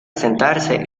asentarse